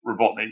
Robotnik